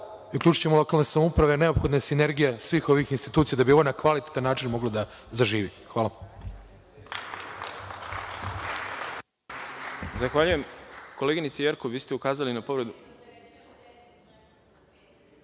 uključićemo lokalne samouprave, jer je neophodna sinergija svih ovih institucija da bi ovo na kvalitetan način moglo da zaživi. Hvala.